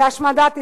להשמדת ישראל.